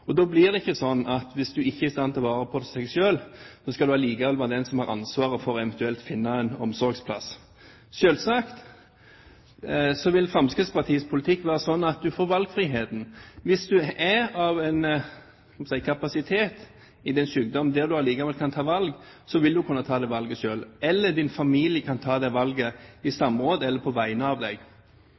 betydning. Da blir det ikke sånn at hvis man ikke er i stand til å ta vare på seg selv, skal man likevel være den som har ansvar for eventuelt å finne en omsorgsplass. Selvsagt vil Fremskrittspartiets politikk være sånn at man får valgfriheten. Hvis man på tross av sykdom har kapasitet til å ta valg, vil man kunne ta valget selv, eller familien kan ta valget i samråd med eller på vegne av